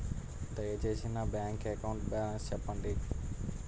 దయచేసి నా bank account balance చెప్పండి